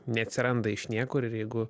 neatsiranda iš niekur ir jeigu